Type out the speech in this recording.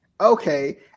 Okay